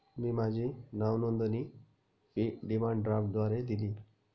मी माझी नावनोंदणी fee demand ड्राफ्टद्वारे दिली